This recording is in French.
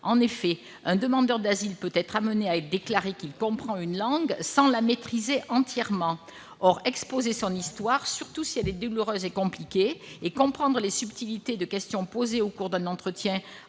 En effet, un demandeur d'asile peut être amené à déclarer qu'il comprend une langue sans la maîtriser entièrement. Or exposer son histoire, surtout si elle est douloureuse et compliquée, et comprendre les subtilités de questions posées au cours d'un entretien